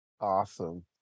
Awesome